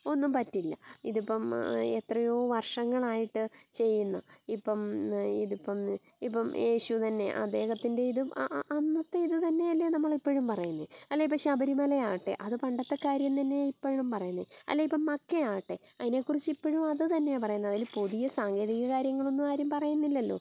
ഒന്നും പറ്റില്ല ഇതിപ്പം എത്രയോ വർഷങ്ങളായിട്ട് ചെയ്യുന്നു ഇപ്പം ഇതിപ്പം ഇപ്പം യേശു തന്നെ അദ്ദേഹത്തിൻ്റെ ഇതും അന്നത്തെ ഇത് തന്നെയല്ലേ നമ്മൾ ഇപ്പോഴും പറയുന്നത് അല്ലേ ഇപ്പം ശബരിമലയാകട്ടെ അത് പണ്ടത്തെ കാര്യം തന്നെയാ ഇപ്പോഴും പറയുന്നത് അല്ലേ ഇപ്പം മക്കയാകട്ടെ അതിനെക്കുറിച്ച് ഇപ്പോഴും അത് തന്നെയാ പറയുന്നത് അതിനു പുതിയ സാങ്കേതിക കാര്യങ്ങളൊന്നും ആരും പറയുന്നില്ലല്ലോ